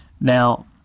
Now